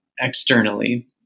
externally